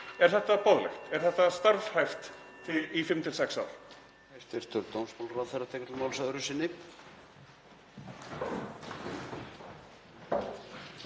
Er þetta boðlegt? Er þetta starfhæft í fimm til sex ár?